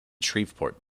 shreveport